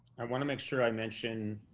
i wanna make sure i mention,